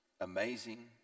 amazing